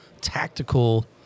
tactical